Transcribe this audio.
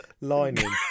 lining